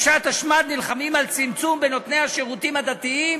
בשעת השמד נלחמים על צמצום בנותני השירותים הדתיים